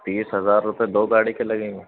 تیس ہزار روپے دو گاڑی کے لگیں گے